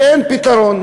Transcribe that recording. ואין פתרון.